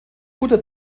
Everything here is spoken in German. guter